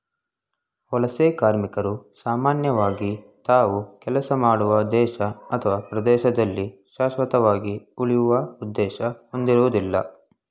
ವಲಸೆ ಕಾರ್ಮಿಕರು ಸಾಮಾನ್ಯವಾಗಿ ತಾವು ಕೆಲಸ ಮಾಡುವ ದೇಶ ಅಥವಾ ಪ್ರದೇಶದಲ್ಲಿ ಶಾಶ್ವತವಾಗಿ ಉಳಿಯುವ ಉದ್ದೇಶ ಹೊಂದಿರುವುದಿಲ್ಲ